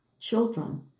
children